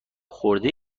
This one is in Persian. خورده